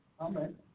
Amen